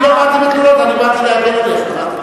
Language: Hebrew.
אני לא באתי בתלונות, אני באתי להגן עליך.